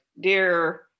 Dear